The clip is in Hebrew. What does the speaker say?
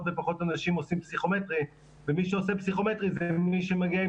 ופחות אנשים עושים פסיכומטרי ומי שעושה פסיכומטרי זה מי שמגיע עם